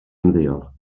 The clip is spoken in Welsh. ymddeol